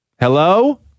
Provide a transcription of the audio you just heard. Hello